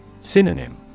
Synonym